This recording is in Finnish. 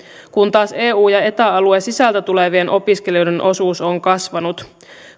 kun taas eu ja eta alueen sisältä tulevien opiskelijoiden osuus on kasvanut